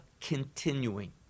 continuing